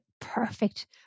perfect